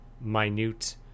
minute